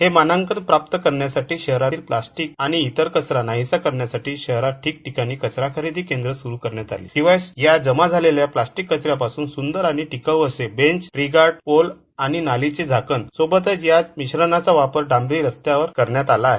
हे मानांकन प्राप्त करण्यासाठी शहरातील प्लास्टीक आणि इतर कचरा नाहीसा करण्यासाठी शहरात ठिकठिकाणी कचरा खरेदी केंद्र शिवाय या जमा झालेल्या प्लास्टीक काऱ्यापासून सुंदर आणि टिकाऊ असे बेंच ट्रीगार्ड फोर्ट आणि नालीचे झाकण सोबतच या मिश्रणाचा वापर डांबरी पावर करण्यात आला आहे